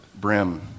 brim